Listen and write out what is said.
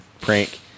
prank